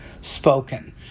spoken